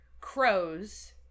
crows